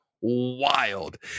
wild